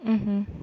mmhmm